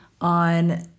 on